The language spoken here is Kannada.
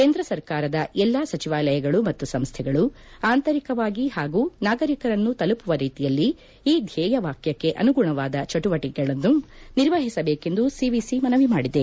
ಕೇಂದ್ರ ಸರ್ಕಾರದ ಎಲ್ಲಾ ಸಚಿವಾಲಯಗಳು ಮತ್ತು ಸಂಸ್ಥೆಗಳು ಆಂತರಿಕವಾಗಿ ಹಾಗೂ ನಾಗರಿಕರನ್ನು ತಲುಪುವ ರೀತಿಯಲ್ಲಿ ಈ ಧ್ಲೇಯವಾಕ್ಲಕ್ಷೆ ಅನುಗುಣವಾದ ಚಟುವಟಿಕೆಗಳನ್ನು ನಿರ್ವಹಿಸಬೇಕೆಂದು ಸಿವಿಸಿ ಮನವಿ ಮಾಡಿದೆ